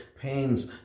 pains